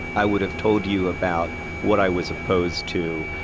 i would've told you about what i was opposed to.